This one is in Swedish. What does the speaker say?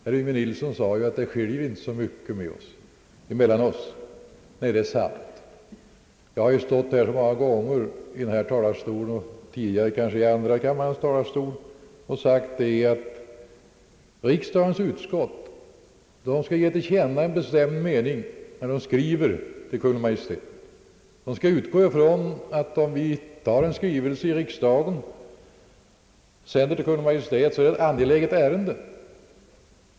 Herr Yngve Nilsson sade att det inte är så mycket som skiljer oss åt, och det är sant. Men jag har ju stått så många gånger i denna talarstol och tidigare kanske i andra kammarens talarstol och sagt att riksdagens utskott skall ge till känna en bestämd mening när de skriver till Kungl. Maj:t. De skall utgå ifrån att om man beslutar sända en skrivelse till Kungl. Maj:t så är det ett angeläget ärende.